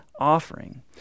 offering